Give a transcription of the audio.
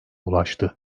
ulaştı